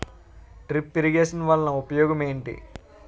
drip irrigation వలన ఉపయోగం ఏంటి